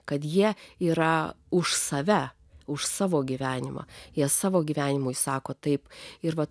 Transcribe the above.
kad jie yra už save už savo gyvenimą jie savo gyvenimui sako taip ir va